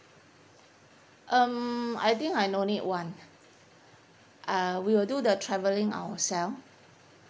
um I think I no need one uh we will do the travelling ourselves